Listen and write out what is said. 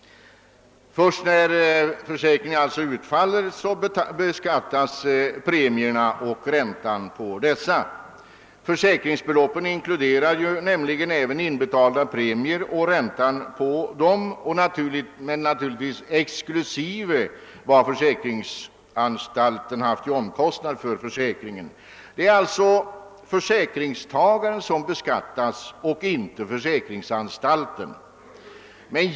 Först när försäkringen utbetalas beskattas premierna och räntan på dessa. Försäkringsbeloppet inkluderar nämligen även inbetalda premier och ränta på dessa, naturligtvis med avdrag för de omkostnader försäkringsanstalten haft för försäkringen. Det är alltså försäkringstagaren som beskattas och inte försäkringsanstalten.